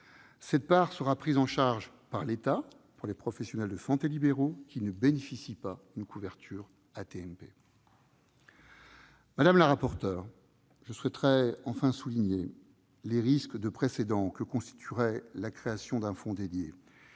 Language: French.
Cette part sera prise en charge par l'État pour les professionnels de santé libéraux qui ne bénéficient pas d'une couverture AT-MP. Madame la rapporteure, je souhaiterais enfin souligner les risques de précédent que constituerait la création d'un fonds dédié.